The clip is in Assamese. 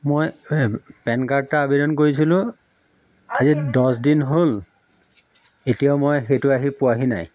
মই পেন কাৰ্ড এটা আবেদন কৰিছিলোঁ আজি দছ দিন হ'ল এতিয়াও মই সেইটো আহি পোৱাহি নাই